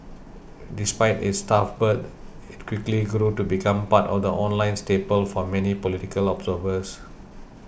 despite its tough birth it quickly grew to become part of the online staple for many political observers